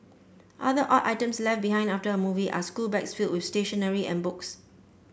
other odd items left behind after a movie are schoolbags filled with stationery and books